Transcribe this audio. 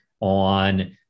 on